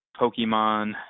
Pokemon